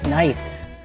Nice